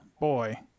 Boy